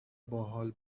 باحال